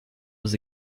was